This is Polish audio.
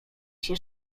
się